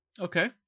Okay